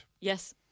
Yes